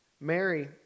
Mary